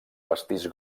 pastís